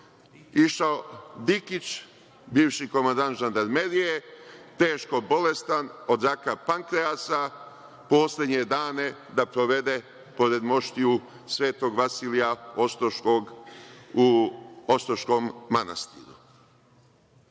Dikić, bivši komandant Žandarmerije, teško bolestan od raka pankreasa, poslednje dane da provede pored moštiju Svetog Vasilija Ostroškog u Ostroškom manastiru. Sada